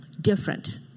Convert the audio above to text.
different